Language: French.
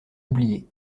oublié